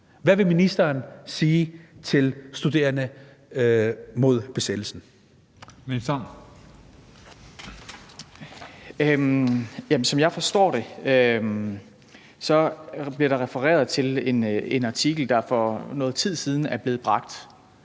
forskningsministeren (Jesper Petersen): Som jeg forstår det, bliver der refereret til en artikel, der for noget tid siden er blevet bragt,